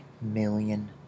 million